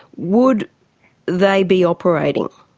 would they be operating?